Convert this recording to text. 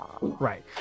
Right